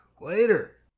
Later